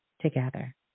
together